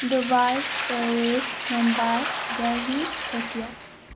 Dubai Paris Mumbai Delhi Tokyo